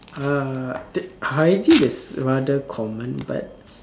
uh hygiene is rather common but